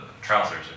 trousers